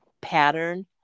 pattern